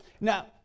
Now